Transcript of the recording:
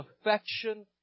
affection